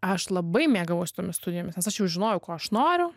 aš labai mėgavausi tomis studijomis nes aš jau žinojau ko aš noriu